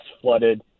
flooded